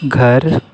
घर